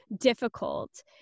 difficult